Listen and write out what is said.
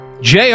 JR